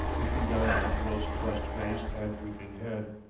looking down at the girl's flushed face and drooping head.